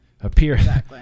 appear